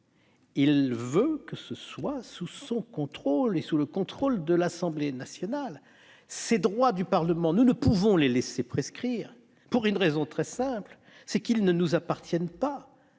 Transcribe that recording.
il veut que ce soit sous son contrôle et sous le contrôle de l'Assemblée nationale. Ces droits du Parlement, nous ne pouvons les laisser prescrire, pour une raison très simple, c'est qu'ils ne nous appartiennent pas.